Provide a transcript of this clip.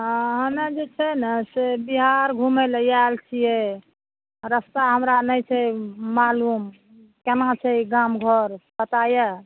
हँ हमे जे छै ने से बिहार घुमै लए आएल छियै रस्ता हमरा नहि छै मालूम केना छै गाम घर पता यऽ